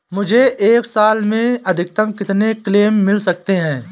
मुझे एक साल में अधिकतम कितने क्लेम मिल सकते हैं?